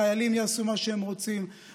החיילים יעשו מה שהם רוצים,